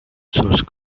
source